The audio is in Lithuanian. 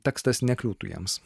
tekstas nekliūtų jiems